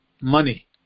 money